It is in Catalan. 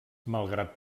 malgrat